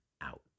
out